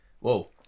whoa